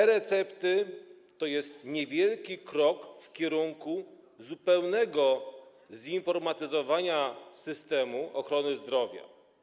E-recepty to jest niewielki krok w kierunku zupełnego zinformatyzowania systemu ochrony zdrowia.